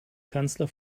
kanzler